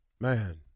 Man